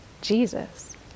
Jesus